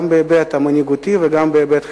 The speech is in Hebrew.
גם בהיבט המנהיגותי וגם בהיבט החברתי.